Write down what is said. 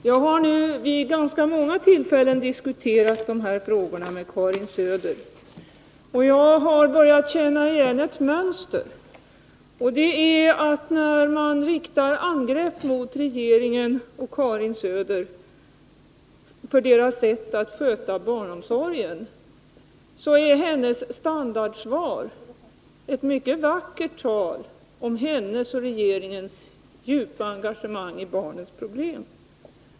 Herr talman! Jag har nu vid ganska många tillfällen diskuterat de här frågorna med Karin Söder och jag har börjat känna igen ett mönster. Det visar sig att när man riktar angrepp mot regeringen och Karin Söder för deras sätt att sköta barnomsorgen, så är Karin Söders standardsvar ett mycket vackert tal om hennes och regeringens djupa engagemang i barnens problem.